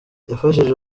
yafashije